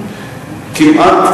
כמעט,